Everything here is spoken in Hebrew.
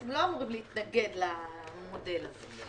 אתם לא אמורים להתנגד למודל הזה.